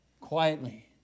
quietly